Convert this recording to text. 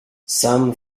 some